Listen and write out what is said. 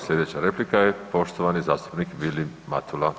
Sljedeća replika je poštovani zastupnik Vilim Matula.